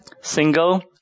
single